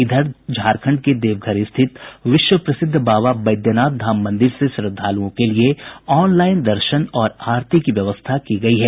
इधर झारखंड के देवघर स्थित विश्व प्रसिद्ध बाबा बैद्यनाथ धाम मंदिर से श्रद्धालुओं के लिये ऑनलाईन दर्शन और आरती की व्यवस्था की गयी है